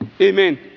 Amen